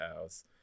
house